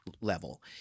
level